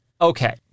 Okay